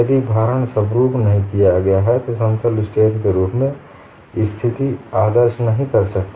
यदि भारण समरुप नहीं है आप समतल स्ट्रेन के रूप में स्थिति आदर्श नहीं कर सकते